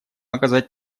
оказать